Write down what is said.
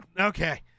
okay